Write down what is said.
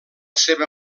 seva